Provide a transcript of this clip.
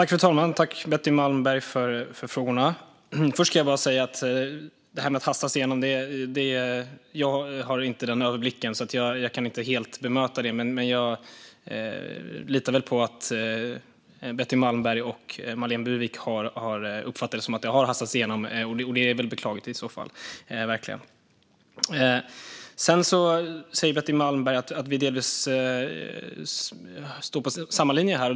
Fru talman! Jag tackar Betty Malmberg för frågorna. Vad gäller det här med att det hastats igenom har jag inte den överblicken att jag helt kan bemöta det. Men jag litar väl på Betty Malmberg och Marlene Burwick, som har uppfattat det som att det har hastats igenom. Det är i så fall verkligen beklagligt. Betty Malmberg säger att vi delvis är på samma linje.